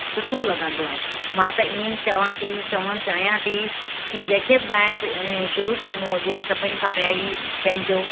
सुठो लॻंदो आहे मां त ईअं ई चवा थी चवण चाहियां थी की जंहिंखे बि शुरु करणो हुजे सभिनि खां पहिरीं पंहिंजो